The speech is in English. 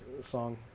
song